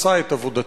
שעושה את עבודתה,